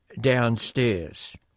downstairs